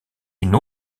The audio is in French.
une